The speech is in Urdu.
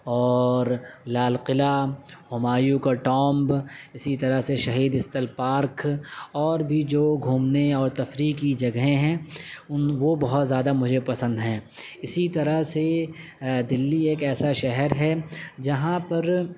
اور لال قلعہ ہمایوں کا ٹامب اسی طرح سے شہید استھل پارک اور بھی جو گھومنے اور تفریح کی جگہیں ہیں وہ بہت زیادہ مجھے پسند ہیں اسی طرح سے دلی ایک ایسا شہر ہے جہاں پر